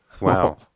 Wow